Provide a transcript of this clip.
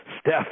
Steph